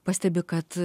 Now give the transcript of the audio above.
pastebi kad